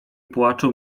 płaczu